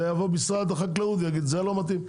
וייבוא משרד החקלאות ויגיד זה לא מתאים.